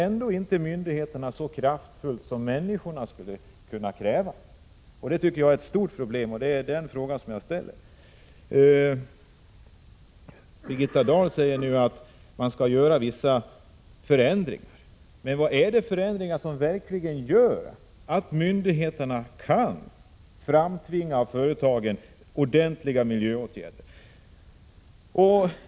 Men 9” myndigheterna handlar inte så kraftfullt som människorna skulle kunna kräva. Det är ett stort problem, och det är därför jag har ställt frågan. Birgitta Dahl säger nu att man skall göra vissa ändringar i miljöskyddslagen. Men är det ändringar som verkligen gör att myndigheterna kan framtvinga ordentliga miljöåtgärder av företagen?